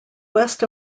west